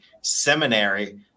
seminary